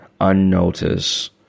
unnoticed